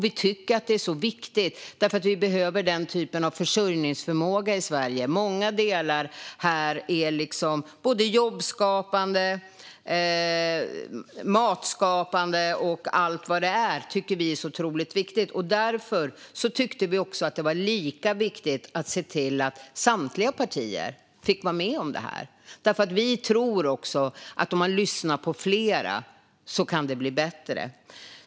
Vi tycker att det är viktigt på grund av att vi behöver den typen av försörjningsförmåga i Sverige. Många delar här är både jobbskapande och matskapande, och det tycker vi är otroligt viktigt. Därför tyckte vi också att det var lika viktigt att se till att samtliga partier fick vara med. Vi tror nämligen att om man lyssnar på flera kan det bli bättre.